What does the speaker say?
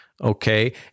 okay